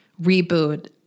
reboot